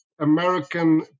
American